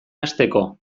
hasteko